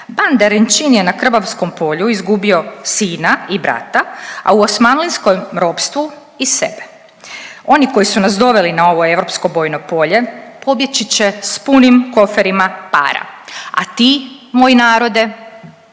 Ban Derenčin je na Krbavskom polju izgubio sina i brata, a u osmanlijskom ropstvu i sebe. Oni koji su nas doveli na ovo europsko bojno polje pobjeći će s punim koferima para, a ti moj narode?